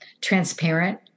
transparent